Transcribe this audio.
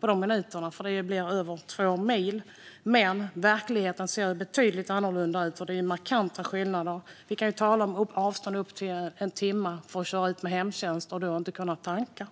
på de minuterna, för det blir över två mil. Men verkligheten ser betydligt annorlunda ut. Det är markanta skillnader. Vi kan tala om avstånd som gör att det tar upp till en timme att köra ut med hemtjänst, och då kan man inte tanka.